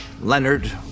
Leonard